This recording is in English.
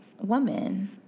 woman